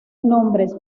nombres